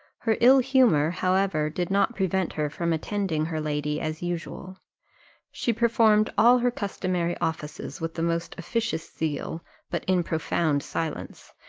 her ill-humour, however, did not prevent her from attending her lady as usual she performed all her customary offices with the most officious zeal but in profound silence,